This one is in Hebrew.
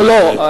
לא,